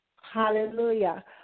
Hallelujah